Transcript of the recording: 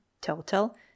total